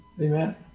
Amen